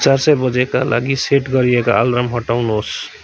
चार सय बजेका लागि सेट गरिएका अलार्म हटाउनुहोस्